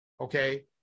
Okay